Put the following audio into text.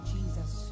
Jesus